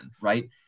right